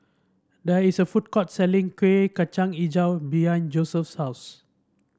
there is a food court selling Kueh Kacang hijau behind Joseph's house